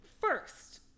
First